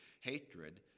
hatred